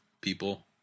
people